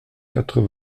quatre